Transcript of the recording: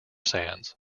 sands